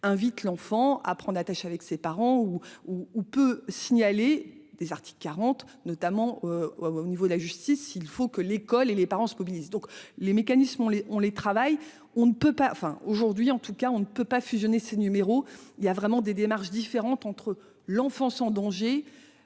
invite l'enfant à prendre attache avec ses parents ou ou ou peu signaler des Arctic 40 notamment au niveau de la justice, il faut que l'école et les parents se mobilisent donc les mécanismes on les on les travaille, on ne peut pas enfin aujourd'hui en tout cas on ne peut pas fusionner ses numéros il y a vraiment des démarches différentes entre l'enfance en danger